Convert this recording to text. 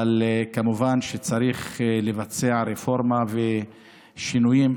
אבל כמובן שצריך לבצע רפורמה ושינויים.